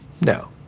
no